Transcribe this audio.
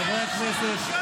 חברי הכנסת,